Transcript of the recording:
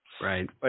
Right